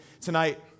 tonight